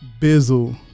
Bizzle